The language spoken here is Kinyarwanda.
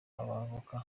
abavoka